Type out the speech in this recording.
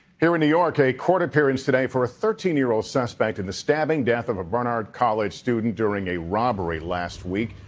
here in new york, a court appearance today for a thirteen year old suspect in the stabbing death of a barnard college student during a robbery last week.